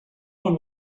one